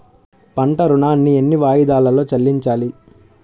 పంట ఋణాన్ని ఎన్ని వాయిదాలలో చెల్లించాలి?